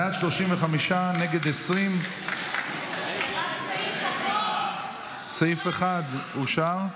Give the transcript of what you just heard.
בעד, 35, נגד, 20. זה רק סעיף, סעיף 1 אושר.